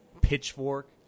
Pitchfork